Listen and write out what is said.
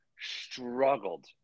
struggled